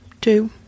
Two